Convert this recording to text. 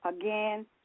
Again